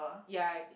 yea